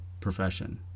profession